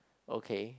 okay